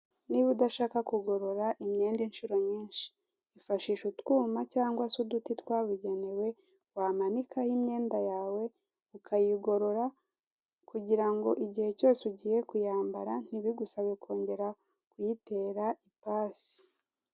Niba udashaka kugorora imyenda inshuro nyinshi ifashishe utwuma cyangwa se uduti twabugenewe wamanikaho imyenda yawe ukayigorora kugira ngo igihe cyose ugiye kuyambara ntibigusabe kongera kuyitera ipasi.